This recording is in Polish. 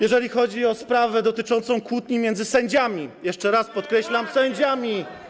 Jeżeli chodzi o sprawę dotyczącą kłótni między sędziami, jeszcze raz podkreślam: sędziami.